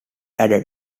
added